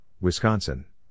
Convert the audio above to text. Wisconsin